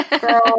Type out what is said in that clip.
girl